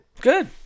Good